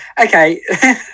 okay